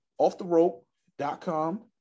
Offtherope.com